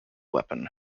weapon